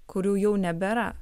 kurių jau nebėra